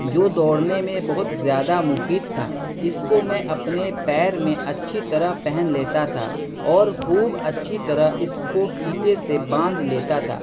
جو دوڑنے میں بہت زیادہ مفید تھا اس کو میں اپنے پیر میں اچھی طرح پہن لیتا تھا اور خوب اچھی طرح اس کو فیتے سے باندھ لیتا تھا